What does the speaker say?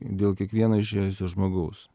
dėl kiekvieno išėjusio žmogaus